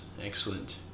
excellent